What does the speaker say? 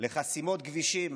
לחסימות כבישים